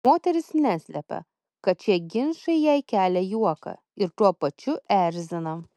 moteris neslepia kad šie ginčai jai kelia juoką ir tuo pačiu erzina